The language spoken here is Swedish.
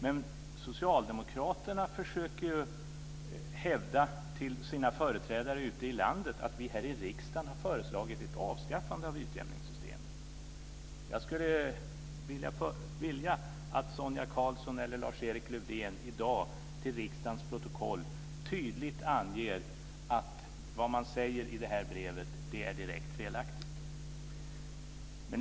Men Socialdemokraterna försöker hävda till sina företrädare ute i landet att vi här i riksdagen har föreslagit ett avskaffande av utjämningssystemet. Jag skulle vilja att Sonia Karlsson eller Lars-Erik Lövdén i dag till riksdagens protokoll tydligt anger att vad man säger i det här brevet är direkt felaktigt.